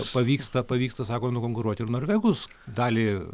pavyksta pavyksta sako nukonkuruoti ir norvegus dalį